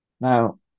Now